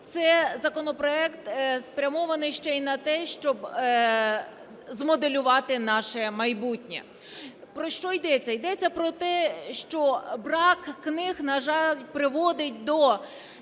це законопроект спрямований ще й на те, щоб змоделювати наше майбутнє. Про що йдеться? Йдеться про те, що брак книг, на жаль, приводить до